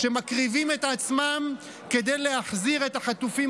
שמקריבים את עצמם כדי להחזיר את החטופים